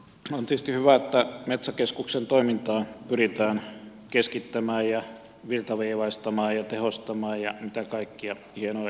on tietysti hyvä että metsäkeskuksen toimintaa pyritään keskittämään virtaviivaistamaan tehostamaan ja mitä kaikkia hienoja ilmauksia tulikaan